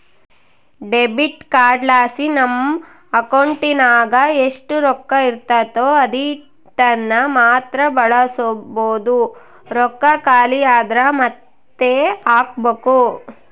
debit ಕಾರ್ಡ್ಲಾಸಿ ನಮ್ ಅಕೌಂಟಿನಾಗ ಎಷ್ಟು ರೊಕ್ಕ ಇರ್ತತೋ ಅದೀಟನ್ನಮಾತ್ರ ಬಳಸ್ಬೋದು, ರೊಕ್ಕ ಖಾಲಿ ಆದ್ರ ಮಾತ್ತೆ ಹಾಕ್ಬಕು